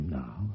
now